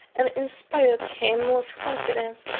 and inspired him with confidence.